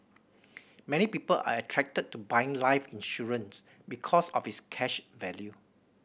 many people are attracted to buying life insurance because of its cash value